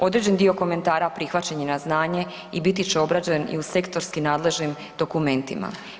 Određeni dio komentara prihvaćen je na znanje i biti će obrađen i u sektorski nadležnim dokumentima.